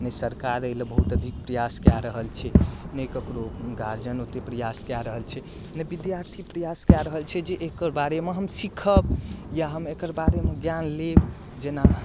नै सरकार एहि लए बहुत अधिक प्रयास कए रहल छै नहि ककरो गार्जियन ओते प्रयास कए रहल छै नहि विद्यार्थी प्रयास कए रहल छै जे एकर बारेमे हम सिखब या हम एकर बारेमे ज्ञान लेब जेना